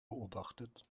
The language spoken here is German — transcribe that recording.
beobachtet